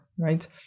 right